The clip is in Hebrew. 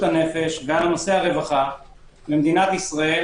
הנפש ועל נושא הרווחה במדינת ישראל